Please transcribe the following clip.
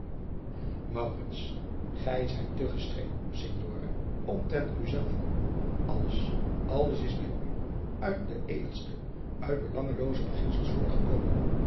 gij zijt te gestreng signore omtrent u zelven alles alles is bij u uit de edelste uit belangelooze beginsels